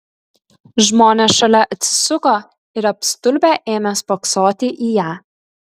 žmonės šalia atsisuko ir apstulbę ėmė spoksoti į ją